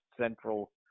Central